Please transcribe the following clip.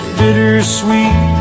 bittersweet